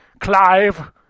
Clive